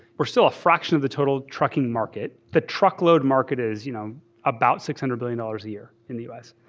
we're still a fraction of the total trucking market. the truckload market is you know about six hundred billion dollars a year in the us.